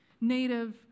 Native